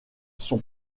son